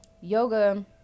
yoga